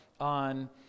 on